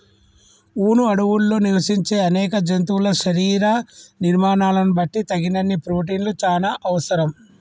వును అడవుల్లో నివసించే అనేక జంతువుల శరీర నిర్మాణాలను బట్టి తగినన్ని ప్రోటిన్లు చానా అవసరం